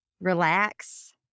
relax